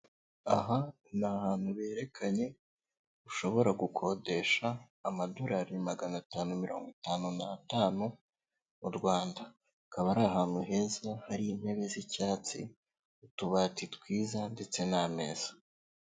Aha ni ahantu berekanye ushobora gukodesha amadorari magana atanu mirongo itanu n'atanu mu Rwanda, akaba ari ahantu heza hari intebe z'icyatsi, utubati twiza ndetse n'ameza.